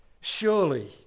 surely